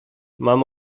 mam